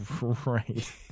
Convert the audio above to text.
Right